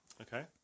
Okay